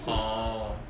orh